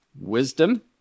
wisdom